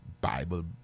Bible